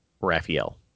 Raphael